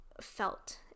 felt